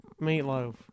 Meatloaf